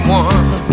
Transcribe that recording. one